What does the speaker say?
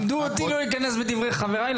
אבל אותי לימדו לא להיכנס לדברי חבריי,